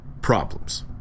problems